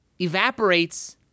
evaporates